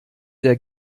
der